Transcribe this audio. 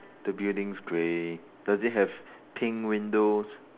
the building's grey does it have pink windows